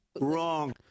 Wrong